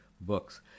books